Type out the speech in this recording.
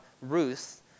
Ruth